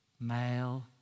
male